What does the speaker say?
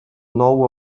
nou